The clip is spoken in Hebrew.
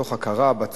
מתוך הכרה בצורך.